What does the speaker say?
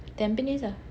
Tampines ah